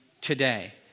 today